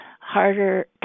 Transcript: harder